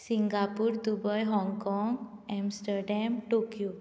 Singapore Dubai Hong Kong Amsterdam Tokyo